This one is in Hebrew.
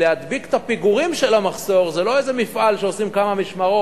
להדביק את הפיגורים של המחסור זה לא איזה מפעל שעושים בו כמה משמרות,